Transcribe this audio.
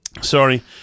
Sorry